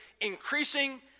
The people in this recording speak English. increasing